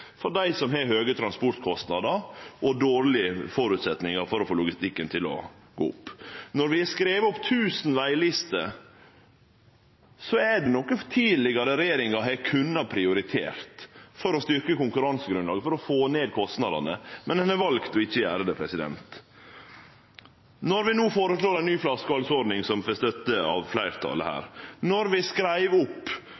for dei som har høge transportkostnader og dårlege føresetnader for å få logistikken til å gå opp. Då vi skreiv opp 1 000 veglister, er det noko tidlegare regjeringar kunne ha prioritert for å styrkje konkurransegrunnlaget, for å få ned kostnadene. Men dei har valt ikkje å gjere det. Når vi no føreslår ei ny flaskehalsordning, som får støtte av fleirtalet